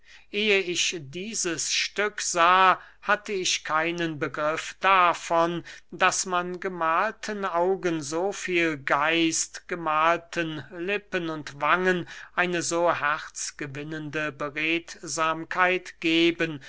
ehe ich dieses stück sah hatte ich keinen begriff davon daß man gemahlten augen so viel geist gemahlten lippen und wangen eine so herzgewinnende beredsamkeit geben